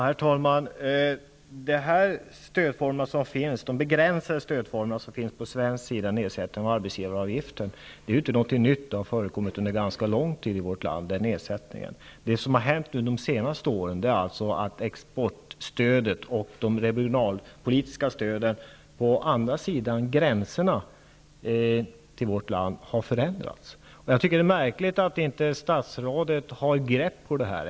Herr talman! De begränsade stödformer som finns i Sverige, bl.a. nedsättning av arbetsgivaravgiften, är ju inte någonting nytt, utan en sådan nedsättning har förekommit under ganska lång tid i vårt land. Det som har hänt under de senaste åren är att exportstödet och de regionalpolitiska stöden på andra sidan gränserna har förändrats. Jag tycker att det är märkligt att inte statsrådet har något grepp om det här.